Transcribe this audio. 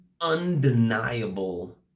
undeniable